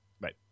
Right